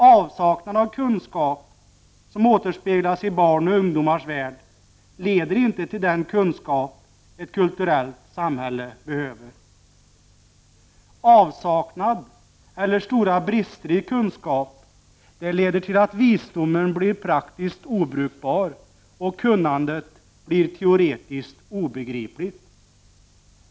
Avsaknad av kunskap, som återspeglas i barns och ungdomars värld, leder inte till den kunskap som ett kulturellt samhälle behöver. Avsaknad av eller stora brister i kunskaper leder till att insikterna blir praktiskt obrukbara och till att kunnandet blir teoretiskt obegripligt.